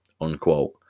unquote